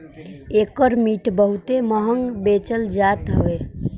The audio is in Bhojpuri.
एकर मिट बहुते महंग बेचल जात हवे